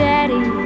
Daddy